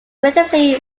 relatively